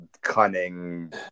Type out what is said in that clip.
cunning